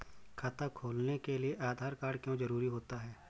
खाता खोलने के लिए आधार कार्ड क्यो जरूरी होता है?